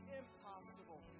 impossible